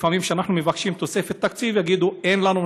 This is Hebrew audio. לפעמים כשאנחנו מבקשים תוספת תקציב אומרים לנו: אין לנו,